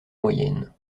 moyenne